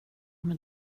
med